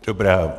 Dobrá.